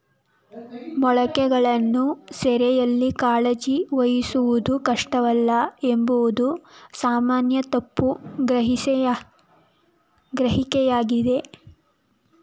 ಮೊಸಳೆಗಳನ್ನು ಸೆರೆಯಲ್ಲಿ ಕಾಳಜಿ ವಹಿಸುವುದು ಕಷ್ಟವಲ್ಲ ಎಂಬುದು ಸಾಮಾನ್ಯ ತಪ್ಪು ಗ್ರಹಿಕೆಯಾಗಯ್ತೆ